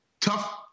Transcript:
tough